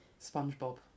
SpongeBob